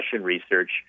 research